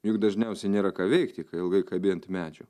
juk dažniausiai nėra ką veikti kai ilgai kabi ant medžio